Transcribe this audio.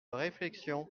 réflexion